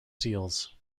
seals